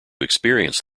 experience